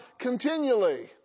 continually